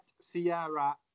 Sierra